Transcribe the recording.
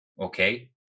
okay